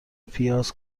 پیاز